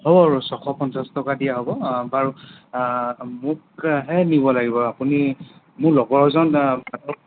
হ'ব বাৰু ছশ পঞ্চাছ টকা দিয়া হ'ব বাৰু মোকহে নিব লাগিব আপুনি লগৰজন